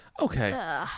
Okay